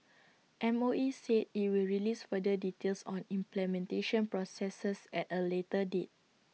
M O E said IT will release further details on implementation processes at A later date